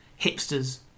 hipsters